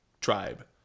tribe